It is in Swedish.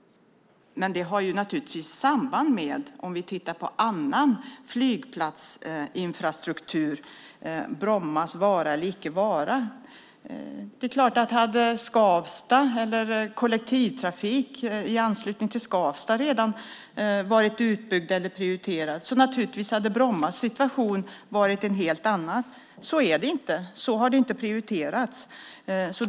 Men det har samband med annan flygplatsinfrastruktur när vi tittar på Brommas vara eller icke vara. Om kollektivtrafik i anslutning till Skavsta redan hade varit utbyggd eller prioriterad hade Brommas situation varit en helt annan. Så är det inte. Det har inte prioriterats så.